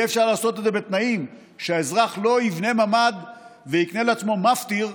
יהיה אפשר לעשות את זה בתנאים שהאזרח לא יבנה ממ"ד ויקנה לעצמו מפטיר,